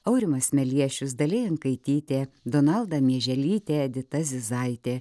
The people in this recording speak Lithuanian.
aurimas meliešius dalia jankaitytė donalda mieželytė edita zizaitė